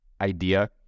idea